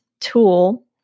tool